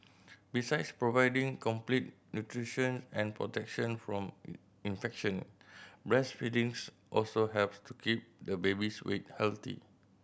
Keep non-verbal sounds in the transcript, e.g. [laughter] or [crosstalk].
besides providing complete nutrition and protection from [unintelligible] infection breastfeedings also helps to keep the baby's weight healthy